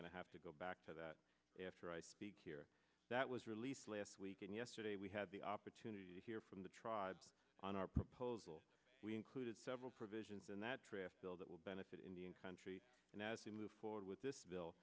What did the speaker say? going to have to go back to that after i speak here that was released last week and yesterday we had the opportunity to hear from the tribes on our proposal we included several provisions in that traffic bill that will benefit indian country and as we move forward with this bill